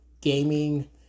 gaming